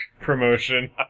promotion